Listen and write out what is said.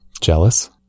Jealous